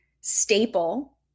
staple